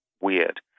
weird